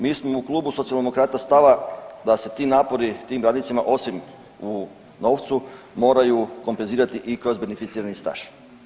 Mi smo u klubu Socijaldemokrata stava da se ti napori, tim radnicima osim u novcu moraju kompenzirati i kroz beneficirani staž.